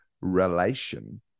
Relation